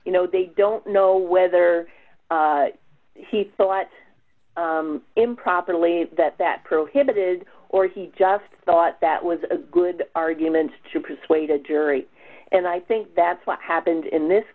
you know they don't know whether he thought improperly that that prohibited or he just thought that was a good argument to persuade a jury and i think that's what happened in this